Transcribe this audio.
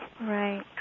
Right